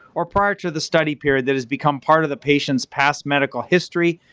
or prior to the study period that has become part of the patient's past medical history,